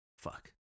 Fuck